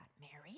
married